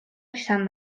izan